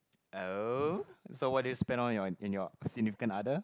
oh so what do you spend on in your in your significant other